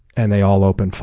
and they all open fire,